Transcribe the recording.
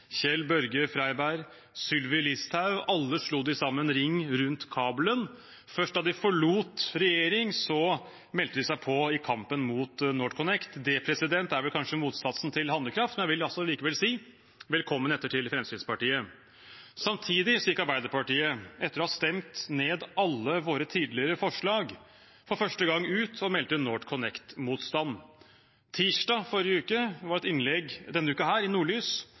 Freiberg, Sylvi Listhaug – alle slo de ring rundt kabelen. Først da de forlot regjeringen, meldte de seg på i kampen mot NorthConnect. Det er kanskje motsatsen til handlekraft, men jeg vil likevel si velkommen etter til Fremskrittspartiet. Samtidig gikk Arbeiderpartiet – etter å ha stemt ned alle våre tidligere forslag – for første gang ut og meldte om NorthConnect-motstand. Tirsdag denne uken var det et innlegg i avisen Rana Blad fra nestleder i